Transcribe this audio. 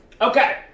okay